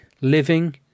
living